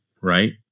right